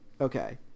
Okay